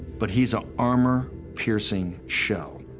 but he's a armor-piercing shell.